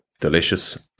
delicious